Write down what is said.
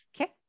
Okay